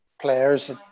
players